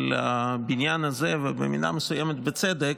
הבניין הזה, ובמידה מסוימת בצדק,